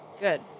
Good